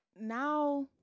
Now